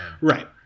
Right